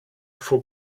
for